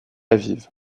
aviv